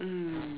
mm